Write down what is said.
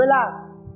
Relax